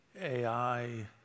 AI